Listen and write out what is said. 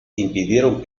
impidieron